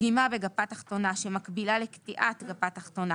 פגימה בגפה תחתונה שמקבילה לקטיעת גפה תחתונה